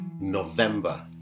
November